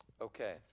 Okay